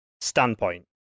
standpoint